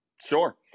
Sure